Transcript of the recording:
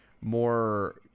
more